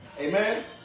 Amen